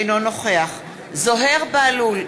אינו נוכח זוהיר בהלול,